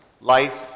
life